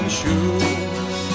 shoes